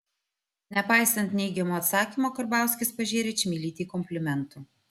nepaisant neigiamo atsakymo karbauskis pažėrė čmilytei komplimentų